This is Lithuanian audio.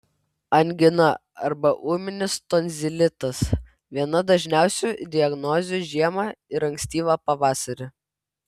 angina arba ūminis tonzilitas viena dažniausių diagnozių žiemą ir ankstyvą pavasarį